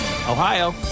Ohio